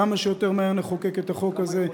כמה שיותר מהר נחוקק את החוק הזה,